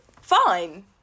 fine